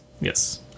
Yes